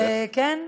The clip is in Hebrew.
וכן,